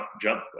jump